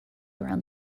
around